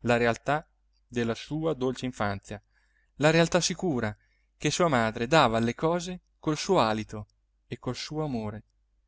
la realtà della sua dolce infanzia la realtà sicura che sua madre dava alle cose col suo alito e col suo amore